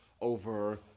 over